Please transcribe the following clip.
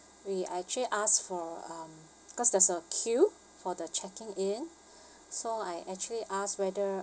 we actually asked for um cause there's a queue for the checking in so I actually asked whether